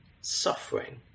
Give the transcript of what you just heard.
suffering